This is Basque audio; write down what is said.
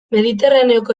mediterraneoko